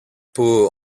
που